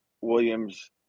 Williams